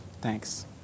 Thanks